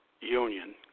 union